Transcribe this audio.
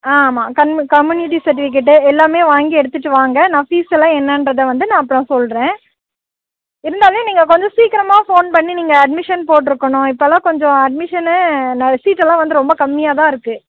ஆ ஆமாம் community certificate எல்லாம் வாங்கி எடுத்துட்டு வாங்க நான் ஃபீஸ்ஸெல்லாம் என்னென்றத வந்து நான் அப்றம் சொல்கிறேன் இருந்தாலும் நீங்கள் கொஞ்சம் சீக்கிரமாக ஃபோன் பண்ணி நீங்கள் அட்மிஷன் போட்டுருக்கணும் இப்போல்லாம் கொஞ்சம் அட்மிஷனு சீட்டெல்லாம் வந்த ரொம்ப கம்மியாக தான் இருக்குது